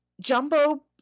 Jumbo